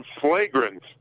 flagrant